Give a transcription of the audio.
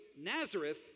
Nazareth